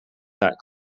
that